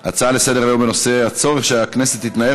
הצעה לסדר-היום בנושא: הצורך שהכנסת תתנער